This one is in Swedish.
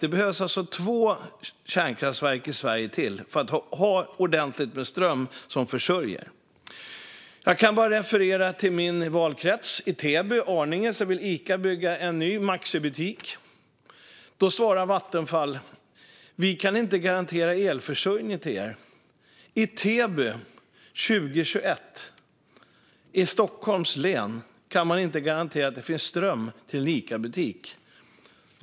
Det behövs två kärnkraftverk till i Sverige för att vi ska ha ordentlig strömförsörjning. Jag kan bara referera till min valkrets. I Täby, Arninge, vill Ica bygga en ny Maxibutik. Då svarar Vattenfall: Vi kan inte garantera elförsörjningen till er. I Täby i Stockholms län år 2021 kan man inte garantera att det finns ström till en Icabutik!